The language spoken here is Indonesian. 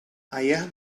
ayah